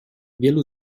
wielu